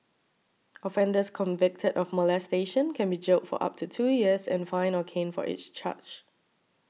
offenders convicted of molestation can be jailed for up to two years and fined or caned for each charge